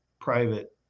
private